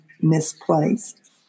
misplaced